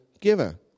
giver